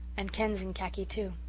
and ken's in khaki, too.